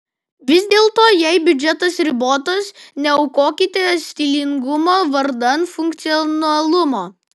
vis dėlto jei biudžetas ribotas neaukokite stilingumo vardan funkcionalumo